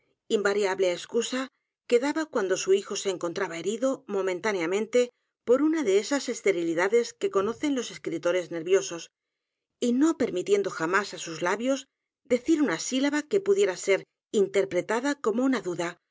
invariable excusa que daba cuando su hijo se encontraba herido momentáneamente por una de esas esterilidades que conocen los escri edgar pok tores nerviosos y no permitiendo jamás á sus labios decir una sílaba que pudiera ser interpretada como una duda